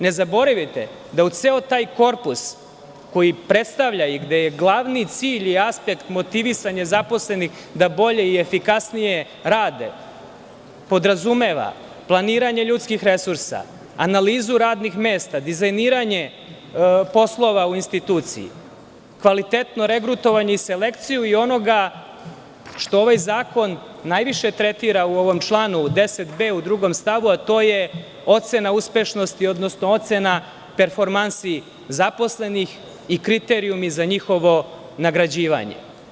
Ne zaboravite da u ceo taj korpus koji predstavlja i aspekt motivisanja zaposlenih da bolje i efikasnije rade, podrazumeva planiranje ljudskih resursa, analizu radnih mesta, dizajniranje poslova u instituciji, kvalitetno regrutovanje i selekciju onoga što ovaj zakon najviše tretira u ovom članu 10b u stavu 2. a to je ocena uspešnosti, odnosno ocena performansi zaposlenih i kriterijumi za njihovo nagrađivanje.